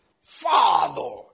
Father